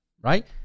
Right